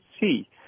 see